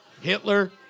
Hitler